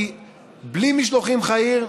כי בלי משלוחים חיים,